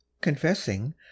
confessing